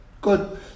Good